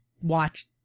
watch